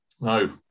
no